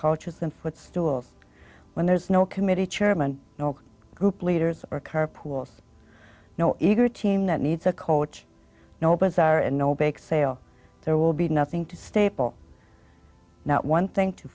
cultures and footstool when there's no committee chairman no group leaders or carpool no eager team that needs a coach no buts are no bake sale there will be nothing to staple one thing to